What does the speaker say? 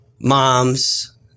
moms